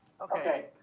Okay